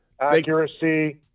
accuracy